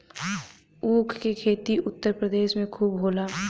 ऊख के खेती उत्तर प्रदेश में खूब होला